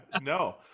no